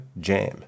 Jam